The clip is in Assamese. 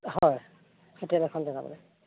হয় হোটেল এখন দেখাব লাগে